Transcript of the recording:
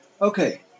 Okay